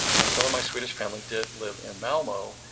and some of my swedish family did live in malmo,